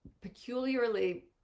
peculiarly